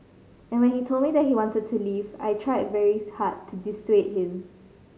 and when he told me that he wanted to leave I tried very hard to dissuade him